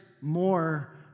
more